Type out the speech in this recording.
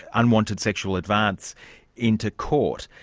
unwanted sexual advance into court.